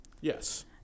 Yes